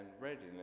readiness